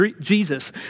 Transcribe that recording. Jesus